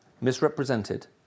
misrepresented